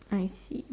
I see